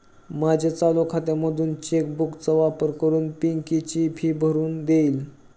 माझ्या चालू खात्यामधून चेक बुक चा वापर करून पिंकी ची फी भरून देईल